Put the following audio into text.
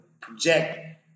project